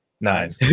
nine